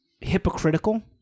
hypocritical